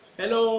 hello